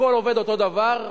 הכול עובד אותו דבר,